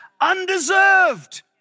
Undeserved